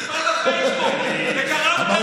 נכון, סרטון לפייסבוק, וגרמת לה להוציא חיוך.